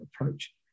approach